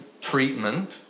treatment